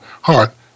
heart